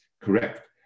Correct